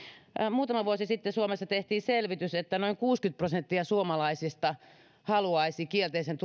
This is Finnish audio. muutama vuosi sitten suomessa tehtiin selvitys että noin kuusikymmentä prosenttia suomalaisista haluaisi kielteisen